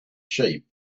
sheep